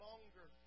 longer